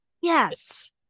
Yes